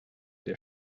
der